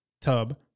tub